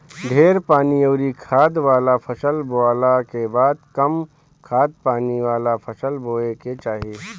ढेर पानी अउरी खाद वाला फसल बोअला के बाद कम खाद पानी वाला फसल बोए के चाही